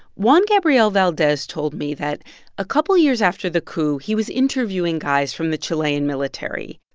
juan gabriel valdes told me that a couple of years after the coup, he was interviewing guys from the chilean military.